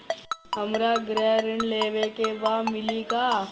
हमरा गृह ऋण लेवे के बा मिली का?